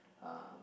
um